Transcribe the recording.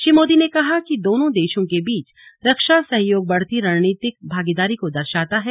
श्री मोदी ने कहा कि दोनों देशों के बीच रक्षा सहयोग बढ़ती रणनीतिक भागीदारी को दर्शाता है